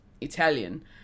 Italian